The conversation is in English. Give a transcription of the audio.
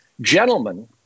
Gentlemen